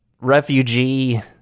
Refugee